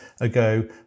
ago